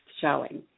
showing